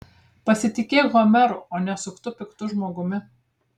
pasitikėk homeru o ne suktu piktu žmogumi